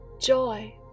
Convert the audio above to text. Joy